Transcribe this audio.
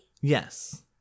Yes